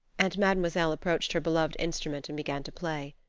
and mademoiselle approached her beloved instrument and began to play.